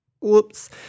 Whoops